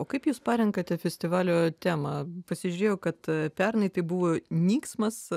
o kaip jūs parenkate festivalio temą pasižiūrėjau kad pernai tai buvo nyksmas